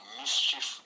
mischief